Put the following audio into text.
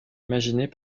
imaginées